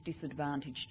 disadvantaged